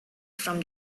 from